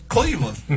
Cleveland